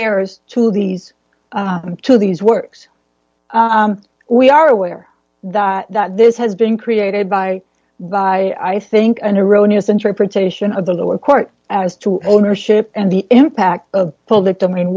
errors to these to these works we are aware that this has been created by by i think and erroneous interpretation of the lower court as to ownership and the impact of public domain